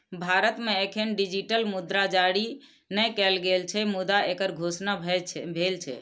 भारत मे एखन डिजिटल मुद्रा जारी नै कैल गेल छै, मुदा एकर घोषणा भेल छै